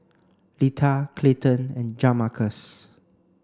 Lita Clayton and Jamarcus